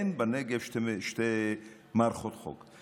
אין בנגב שתי מערכות חוק.